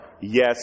Yes